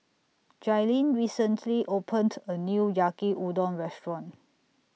Jailyn recently opened A New Yaki Udon Restaurant